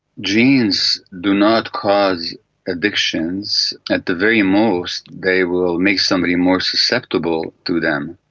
genes do not cause addictions. at the very most they will make somebody more susceptible to them.